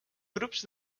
grups